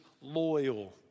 loyal